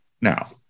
now